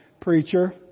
preacher